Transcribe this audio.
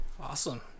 awesome